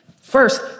first